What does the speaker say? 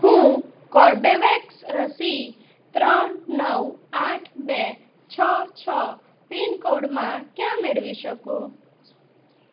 હું કોર્બેવેક્સ રસી ત્રણ નવ આઠ બે છ છ પિનકોડમાં ક્યાં મેળવી શકું